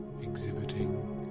exhibiting